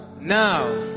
Now